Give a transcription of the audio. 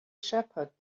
shepherd